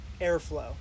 airflow